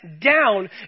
down